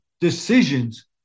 decisions